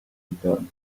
return